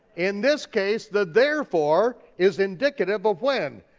in this case, the therefore is indicative of when.